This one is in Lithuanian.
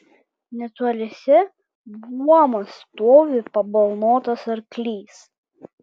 netoliese buomas stovi pabalnotas arklys